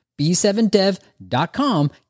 b7dev.com